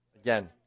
Again